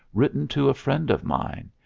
written to a friend of mine.